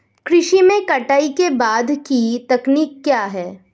कृषि में कटाई के बाद की तकनीक क्या है?